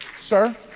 Sir